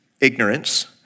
ignorance